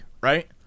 right